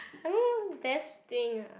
I don't know best thing ah